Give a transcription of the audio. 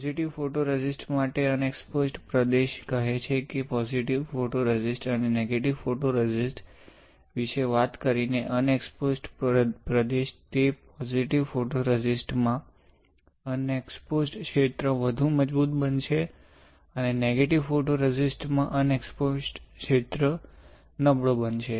positive photoresist માટે unexposed પ્રદેશ કહે છે કે પોજિટિવ ફોટોરેઝિસ્ટ અને નેગેટિવ ફોટોરેઝિસ્ટ વિશે વાત કરીને અનએક્સ્પોઝડ પ્રદેશ તે પોઝિટિવ ફોટોરેઝિસ્ટ માં અનએક્સ્પોઝડ ક્ષેત્ર વધુ મજબૂત બનશે અને નેગેટિવ ફોટોરેઝિસ્ટ માં અનએક્સ્પોઝડ ક્ષેત્ર નબળો બનશે